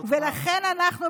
ולכן אנחנו,